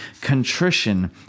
contrition